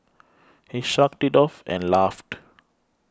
he shrugged it off and laughed